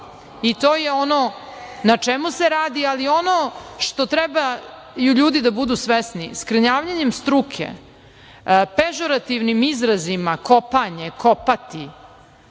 To je ono na čemu se radi i ono što treba ljudi da budu svesni. Skrnavljenjem struke, pežorativnim izrazima „kopanje“, „kopati“